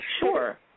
Sure